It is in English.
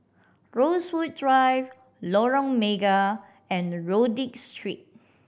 Rosewood Drive Lorong Mega and Rodyk Street